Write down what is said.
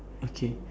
okay